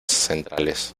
centrales